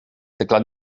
teclat